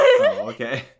okay